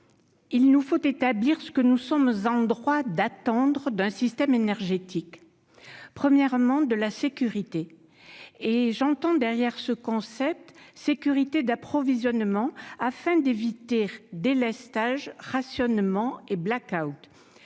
il nous faut établir ce que nous sommes en droit d'attendre d'un système énergétique, premièrement, de la sécurité et j'entends derrière ce concept sécurité d'approvisionnement afin d'éviter délestage rationnement et black-out,